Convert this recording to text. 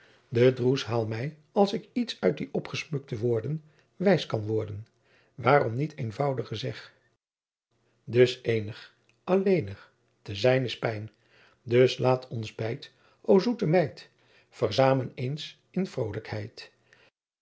de droes haal mij als ik iets uit die opgesmukte woorden wijs kan worden waarom niet eenvoudig gezegd dus eenigh alleenigh te zijn is pijn dus laat ons beyd o soete meyd versamen eens in